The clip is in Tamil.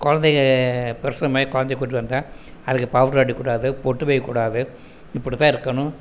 குழந்தை பிரசவம் ஆகி குழந்தைய கூட்டிகிட்டு வந்தால் அதுக்கு பவுடர் அடிக்கக்கூடாது பொட்டு வைக்கக்கூடாது இப்படிதான் இருக்கணும்